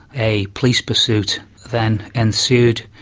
a police pursuit then ensued,